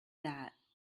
that